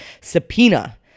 subpoena